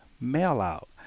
mail-out